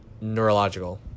neurological